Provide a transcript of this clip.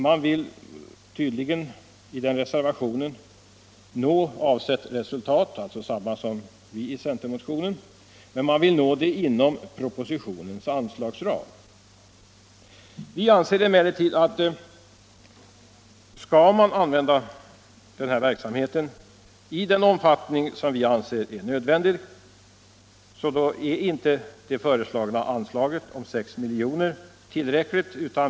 Man vill tydligen i den reservationen nå avsett resultat - alltså samma som vi i centermotionen - men man vill nå det inom propositionens anslagsram. Vi anser emellertid att skall man använda den här verksamheten i den omfattning som vi anser nödvändig, då är inte det föreslagna anslaget om 6 milj.kr. tillräckligt.